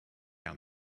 down